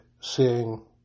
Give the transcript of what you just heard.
seeing